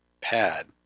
pad